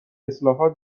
اصلاحات